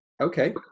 Okay